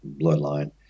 bloodline